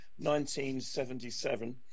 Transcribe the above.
1977